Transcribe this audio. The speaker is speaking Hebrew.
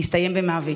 הסתיים במוות.